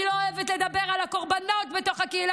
אני לא אוהבת לדבר על הקורבנות בתוך הקהילה,